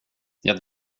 jag